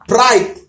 Pride